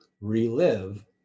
relive